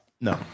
No